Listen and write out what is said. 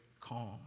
calm